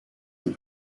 and